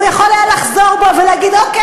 הוא יכול היה לחזור בו ולהגיד: אוקיי,